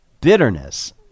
Bitterness